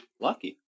Lucky